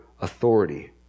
authority